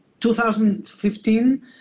2015